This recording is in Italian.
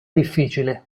difficile